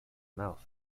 mouth